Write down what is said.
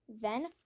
Then